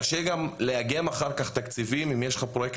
קשה גם לאגם אחר כך תקציבים אם יש לך פרויקט